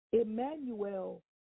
Emmanuel